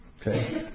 Okay